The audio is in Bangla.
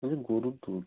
ওই যে গোরুর দুধ